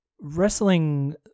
Wrestling